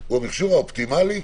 הוא המכשור האופטימלי?